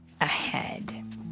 ahead